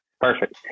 perfect